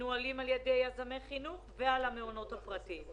שמנוהלים על ידי יזמי חינוך ולמעונות הפרטיים.